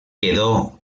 quedó